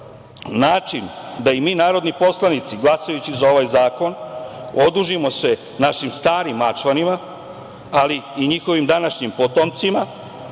način da i mi, narodni poslanici, glasajući za ovaj zakon odužimo se našim starim Mačvanima, ali i njihovim današnjim potomcima